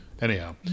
Anyhow